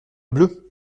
bleue